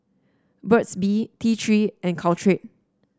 Burt's Bee T Three and Caltrate